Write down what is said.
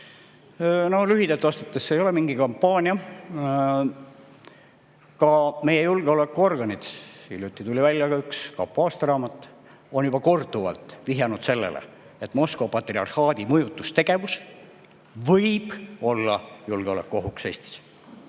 Lühidalt vastates: see ei ole mingi kampaania. Ka meie julgeolekuorganid – hiljuti tuli välja kapo aastaraamat – on juba korduvalt vihjanud sellele, et Moskva patriarhaadi mõjutustegevus võib olla Eestis julgeolekuohuks.